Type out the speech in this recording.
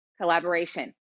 collaboration